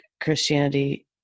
Christianity